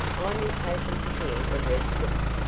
i'm impatient to hear the rest of it.